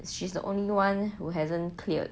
she's the only one who hasn't cleared